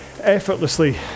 effortlessly